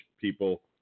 people